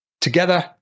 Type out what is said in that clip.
together